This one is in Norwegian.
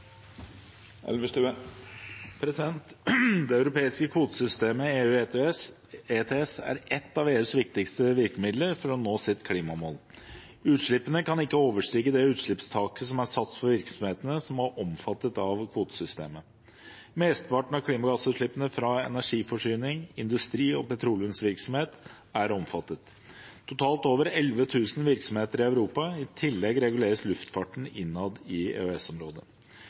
Det europeiske kvotesystemet EU ETS er ett av EUs viktigste virkemiddel for å nå sitt klimamål. Utslippene kan ikke overstige det utslippstaket som er satt for virksomhetene som er omfattet av kvotesystemet. Mesteparten av klimagassutslippene fra energiforsyning, industri og petroleumsvirksomhet er omfattet – totalt over 11 000 virksomheter i Europa. I tillegg reguleres luftfarten innad i